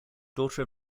daughter